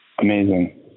Amazing